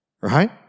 right